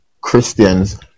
christians